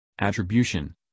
Attribution